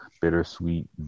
bittersweet